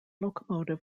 locomotive